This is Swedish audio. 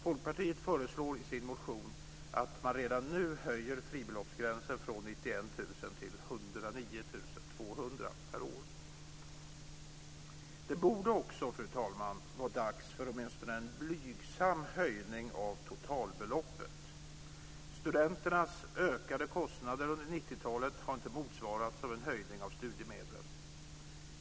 Folkpartiet föreslår i sin motion att man redan nu höjer fribeloppsgränsen från Det borde också, fru talman, vara dags för åtminstone en blygsam höjning av totalbeloppet. Studenternas ökade kostnader under 90-talet har inte motsvarats av en höjning av studiemedlen.